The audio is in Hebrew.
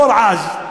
קור עז,